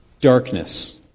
darkness